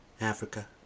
Africa